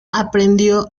aprendió